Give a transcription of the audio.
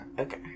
Okay